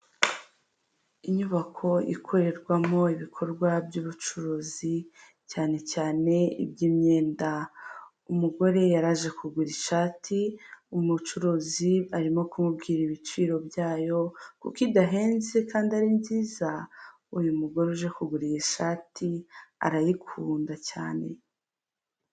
Inyubako ikorerwamo ibikorwa by'ubucuruzi cyane cyane iby'imyenda. Umugore yaraje kugura ishati umucuruzi arimo kumubwira ibiciro byayo kuko idahenze kandi ari nziza uyu mugore uje kugura iyi shati arayikunda cyane.